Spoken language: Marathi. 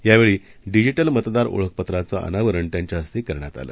यावेळीडिजिटलमतदारओळखपत्राचंअनावरणत्यांच्याहस्तेकरण्यातआलं